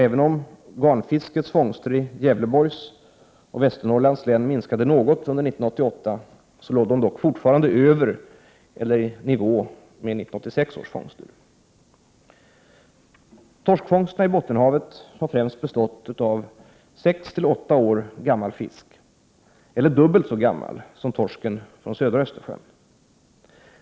Även om garnfiskets fångster i Gävleborgs och Västernorrlands län minskade något under 1988, låg de dock fortfarande över eller i nivå med 1986 års fångster. Torskfångsterna i Bottenhavet har främst bestått av 6—8 år gammal fisk, eller dubbelt så gammal som torsken från södra Östersjön.